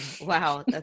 Wow